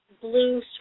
blue